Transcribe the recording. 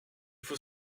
faut